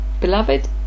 Beloved